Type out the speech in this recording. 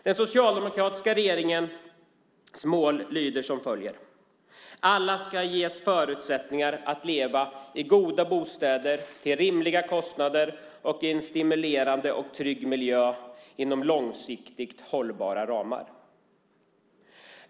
Den socialdemokratiska regeringens mål lyder som följer: "Alla ska ges förutsättningar att leva i goda bostäder till rimliga kostnader och i en stimulerande och trygg miljö inom långsiktigt hållbara ramar."